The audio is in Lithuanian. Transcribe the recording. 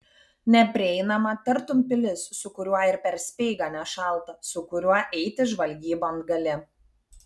neprieinamą tartum pilis su kuriuo ir per speigą nešalta su kuriuo eiti žvalgybon gali